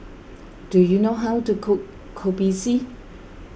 do you know how to cook Kopi C